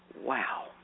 Wow